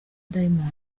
diamond